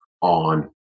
on